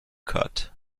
cut